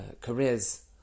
careers